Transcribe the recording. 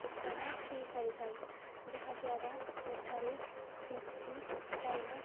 ଶିକାର ହେଇ ସାରିଥାଉ ଯାହାଦ୍ୱାରା ସେଠାରୁ ମୁକ୍ତି ପାଇବା